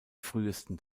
frühesten